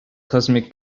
cosmic